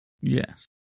Yes